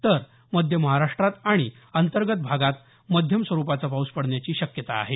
तर मध्य महाराष्ट्रात आणि अंतर्गत भागात मध्यम स्वरुपाचा पाऊस पडण्याची शक्यता आहे